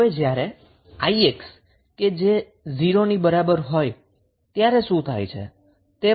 હવે જ્યારે 𝑖𝑥 એ 0 ની બરાબર હોય ત્યારે શું થાય છે